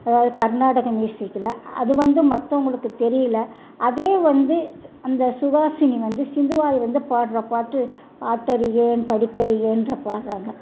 கர்நாடக மியூசிக்கில் அது வந்து மற்றவங்களுக்கு தெரியல அதே வந்து அந்த சுஹாசினி வந்து சிந்துவாக இருந்து வந்து பாடுற பாட்டு பாடறியேன் படிப்பறியேன் என்று பாடுறாங்க